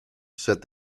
said